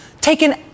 taken